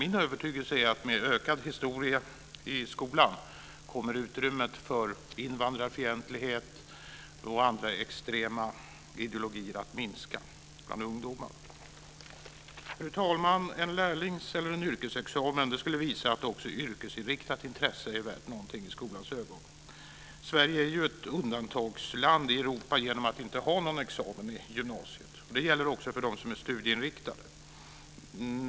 Min övertygelse är att med mer historia i skolan kommer invandrarfientlighet och andra extrema ideologier att minska bland ungdomar. Fru talman! En lärlings eller yrkesexamen skulle visa att också yrkesinriktat intresse är värt något i skolans ögon. Sverige är ju ett undantagsland i Europa genom att inte ha någon examen i gymnasiet. Det gäller också för dem som är studieinriktade.